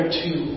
two